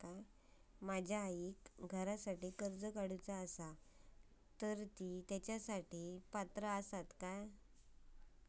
माझ्या आईक घरासाठी कर्ज काढूचा असा तर ती तेच्यासाठी पात्र असात काय?